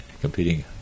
competing